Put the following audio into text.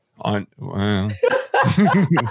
On